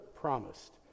promised